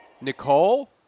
Nicole